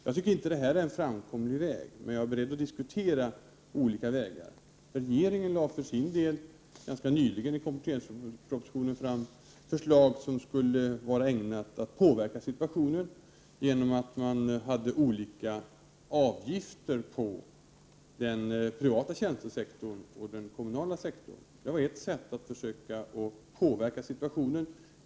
Jag tycker inte att detta är en framkomlig väg, men jag är beredd att diskutera olika vägar. Regeringen lade för sin del i kompletteringspropositionen ganska nyligen fram förslag som är ägnade att påverka situationen. Det föreslås att man skall ha olika avgifter på den privata tjänstesektorn och den kommunala sektorn. Det är ett sätt att försöka påverka situationen.